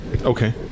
Okay